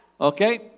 Okay